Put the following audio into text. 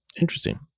Interesting